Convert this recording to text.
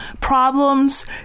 problems